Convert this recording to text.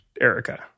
Erica